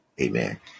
Amen